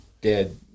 dead